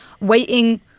waiting